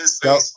Go